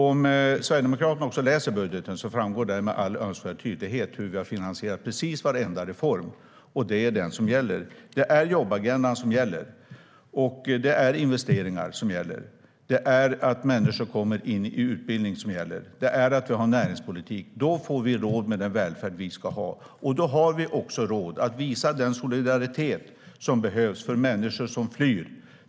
Om Sverigedemokraterna läser budgeten framgår där med all önskvärd tydlighet hur vi har finansierat precis varenda reform, och det är den, jobbagendan och investeringar som gäller. Det är att människor kommer in i utbildning och att vi har en näringspolitik som gäller. Då får vi råd med den välfärd som vi ska ha, och då har vi också råd att visa den solidaritet som behövs för människor som flyr.